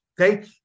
Okay